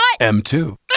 M2